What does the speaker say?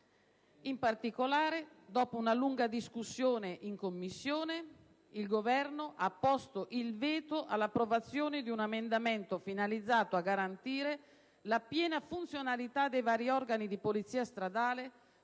In particolare, dopo una lunga discussione in Commissione, il Governo ha posto il veto sull'approvazione di un emendamento finalizzato a garantire la piena funzionalità dei vari organi di polizia stradale